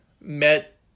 met